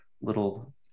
little